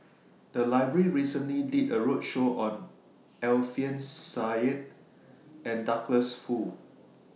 The Library recently did A roadshow on Alfian Sa'at and Douglas Foo